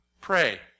Pray